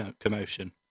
commotion